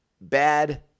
bad